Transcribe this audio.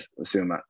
assume